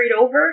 over